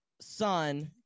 son